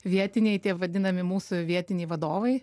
vietiniai tie vadinami mūsų vietiniai vadovai